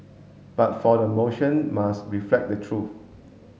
but the motion must reflect the truth